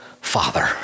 Father